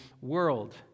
world